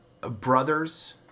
brothers